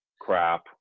crap